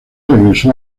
regresó